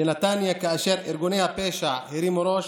בנתניה כאשר ארגוני הפשע הרימו ראש,